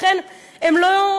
לכן הם לא,